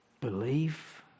belief